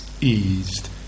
eased